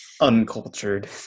Uncultured